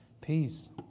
Peace